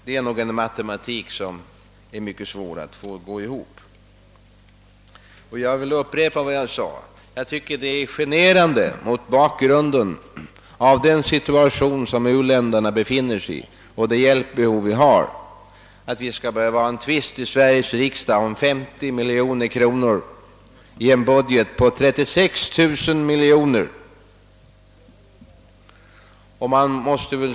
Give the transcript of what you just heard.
Det är nog en matematik som är mycket svår att få att gå ihop. Jag vill upprepa vad jag sade tidigare, nämligen att jag tycker att det är generande mot bakgrunden av den situation som u-länderna befinner sig i och det hjälpbehov de har att vi i Sveriges riksdag skall behöva tvista om 50 miljoner kronor i en budget på 36 000 miljoner kronor.